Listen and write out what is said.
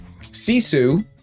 Sisu